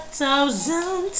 thousand